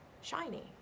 shiny